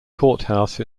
courthouse